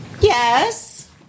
Yes